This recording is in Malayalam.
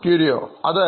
Curioഅതെ